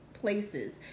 places